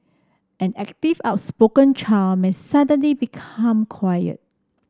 an active outspoken child may suddenly become quiet